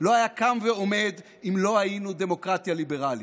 לא היה קם ועומד אם לא היינו דמוקרטיה ליברלית.